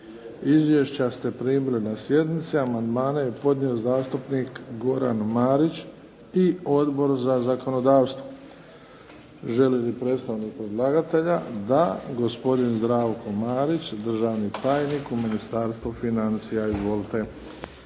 Izvješća ste primili na sjednici. Amandmane je podnio zastupnik Goran Marić i Odbor za zakonodavstvo. Želi li predstavnik predlagatelja? Da. Gospodin Zdravko Marić, državni tajnik u Ministarstvu financija. Izvolite.